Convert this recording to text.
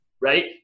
Right